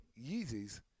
Yeezys